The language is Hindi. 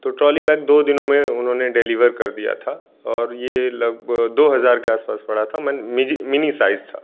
तो ट्रॉली बैग दो दिनों में उन्होंने डेलीवर कर दिया था और यह लगभग दो हज़ार के आस पास पड़ा था मिनी साइज़ था